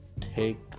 take